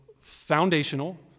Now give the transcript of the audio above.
foundational